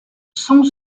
sont